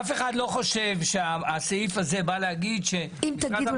אף אחד לא חושב שהסעיף הזה בא להגיד --- אם תגידו